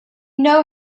know